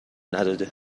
نداده